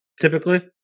typically